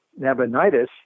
Nabonidus